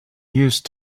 used